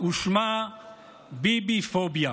ושמה ביביפוביה.